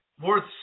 worth